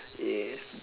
yeah